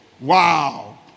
Wow